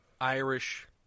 Irish